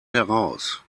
heraus